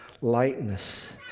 lightness